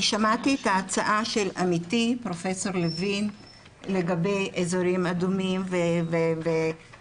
אני שמעתי את ההצעה של עמיתי פרופ' לוין לגבי אזורים אדומים וערים